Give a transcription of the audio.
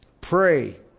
Pray